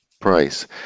price